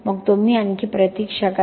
मग तुम्ही आणखी प्रतीक्षा करा